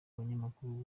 umunyamakuru